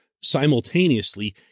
simultaneously